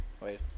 wait